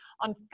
on